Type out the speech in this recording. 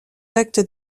actes